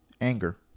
Anger